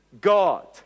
God